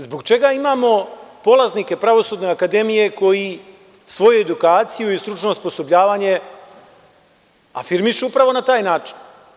Zbog čega imamo polaznike pravosudne akademije koji svoju edukaciju i stručno osposobljavanje afirmišu upravo na taj način.